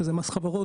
שזה מס חברות,